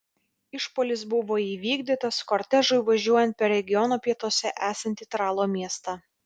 išpuolis buvo įvykdytas kortežui važiuojant per regiono pietuose esantį tralo miestą